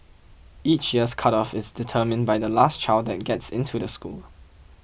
each year's cut off is determined by the last child that gets into the school